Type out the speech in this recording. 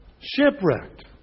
Shipwrecked